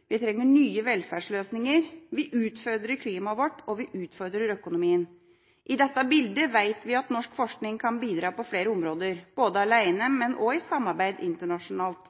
vi trenger mer energi, og vi trenger nye velferdsløsninger. Vi utfordrer klimaet vårt, og vi utfordrer økonomien. I dette bildet vet vi at norsk forskning kan bidra på flere områder, både alene og i samarbeid internasjonalt.